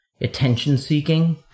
attention-seeking